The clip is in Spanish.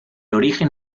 origen